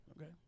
Okay